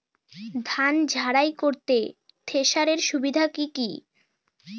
ধান ঝারাই করতে থেসারের সুবিধা কি কি?